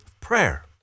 prayer